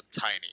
tiny